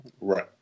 Right